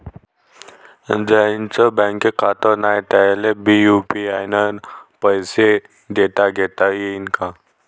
ज्याईचं बँकेत खातं नाय त्याईले बी यू.पी.आय न पैसे देताघेता येईन काय?